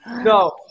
No